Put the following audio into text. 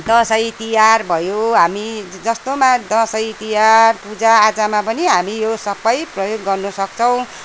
दसैँ तिहार भयो हामी जस्तोमा दसैँ तिहार पूजाआजामा पनि हामी यो सबै प्रयोग गर्नसक्छौँ